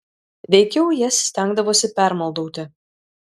veikiau jas stengdavosi permaldauti